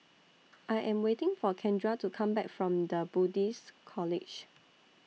I Am waiting For Kendra to Come Back from The Buddhist College